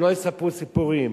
שלא יספרו סיפורים.